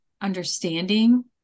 understanding